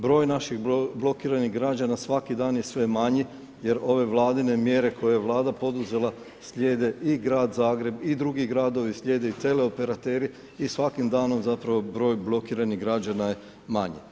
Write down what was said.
Broj naših blokiranih građana svaki dan je sve manji jer ove vladine mjere koje je Vlada poduzela slijede i grad Zagreb i drugi gradovi, slijede i teleoperateri i svakim danom zapravo broj blokiranih građana je manji.